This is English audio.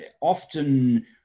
often